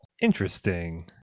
interesting